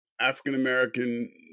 African-American